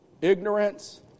Ignorance